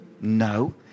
No